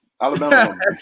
Alabama